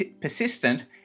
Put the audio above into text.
persistent